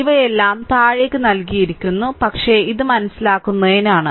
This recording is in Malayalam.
ഇവയെല്ലാം താഴേയ്ക്ക് നൽകിയിരിക്കുന്നു പക്ഷേ ഇത് മനസ്സിലാക്കുന്നതിനാണ്